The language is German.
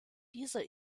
dieser